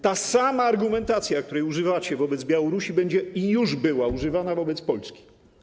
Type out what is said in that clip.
Ta sama argumentacja, której używacie wobec Białorusi, będzie i już była używana wobec Polski.